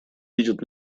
видят